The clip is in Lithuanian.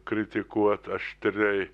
kritikuot aštriai